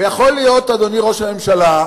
ויכול להיות, אדוני ראש הממשלה,